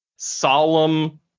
solemn